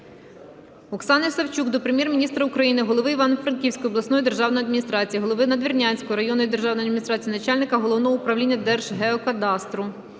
Оксани Савчук до Прем'єр-міністра України, голови Івано-Франківської обласної державної адміністрації, голови Надвірнянської районної державної адміністрації, начальника Головного управління Держгеокадастру